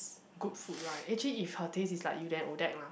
good food right actually if her taste is like you then Odette lah